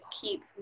keep